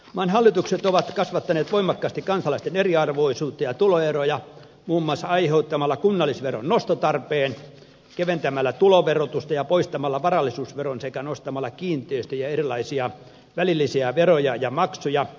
maan hallitukset ovat kasvattaneet voimakkaasti kansalaisten eriarvoisuutta ja tuloeroja muun muassa aiheuttamalla kunnallisveron nostotarpeen keventämällä tuloverotusta ja poistamalla varallisuusveron sekä nostamalla kiinteistö ja erilaisia välillisiä veroja ja maksuja